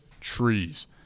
trees